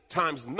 times